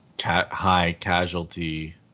high-casualty